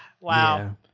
Wow